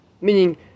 meaning